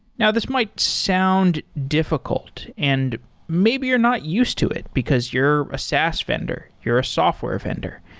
now, this might sound difficult and maybe you're not used to it because you're a saas vendor. you're a software vendor,